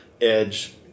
edge